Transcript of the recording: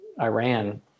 Iran